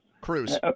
Cruz